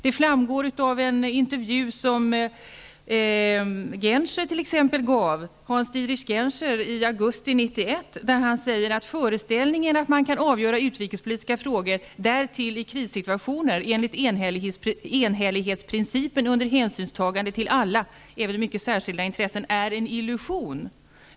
Det framgår t.ex. av en intervju som Hans Dietrich Genscher gav i augusti 1991. Han sade där att föreställningen att man kan avgöra utrikespolitiska frågor, därtill i krissituationer, enligt enhällighetsprincipen under hänsynstagande till alla, även mycket särskilda intressen, är en illusion.